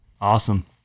Awesome